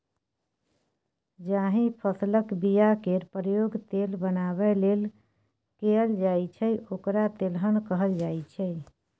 जाहि फसलक बीया केर प्रयोग तेल बनाबै लेल कएल जाइ छै ओकरा तेलहन कहल जाइ छै